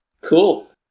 Cool